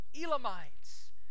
Elamites